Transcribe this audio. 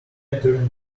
turned